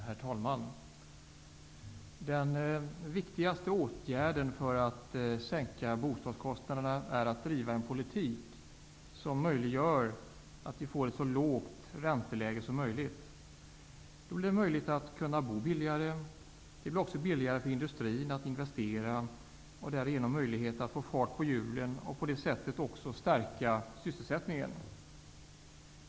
Herr talman! Den viktigaste åtgärden för att sänka bostadskostnaderna är att driva en politik som möjliggör att vi får ett så lågt ränteläge som möjligt. Då blir det möjligt att bo billigare. Det blir också billigare för industrin att investera. Därigenom blir det möjligt att få fart på hjulen och bidra till att stärka sysselsättningen.